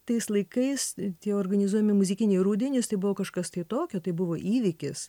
tais laikais tie organizuojami muzikiniai rudenys tai buvo kažkas tai tokio tai buvo įvykis